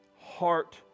heart